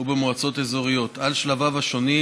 ובמועצות אזוריות על שלביו השונים,